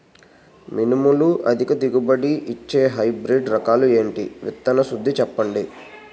మినుములు అధిక దిగుబడి ఇచ్చే హైబ్రిడ్ రకాలు ఏంటి? విత్తన శుద్ధి చెప్పండి?